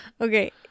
Okay